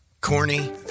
Corny